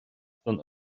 don